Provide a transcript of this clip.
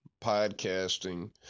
podcasting